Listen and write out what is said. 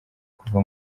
kuva